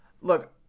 Look